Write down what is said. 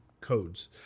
codes